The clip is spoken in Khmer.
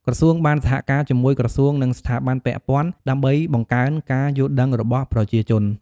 ក្រសួងបានសហការជាមួយក្រសួងនិងស្ថាប័នពាក់ព័ន្ធដើម្បីបង្កើនការយល់ដឹងរបស់ប្រជាជន។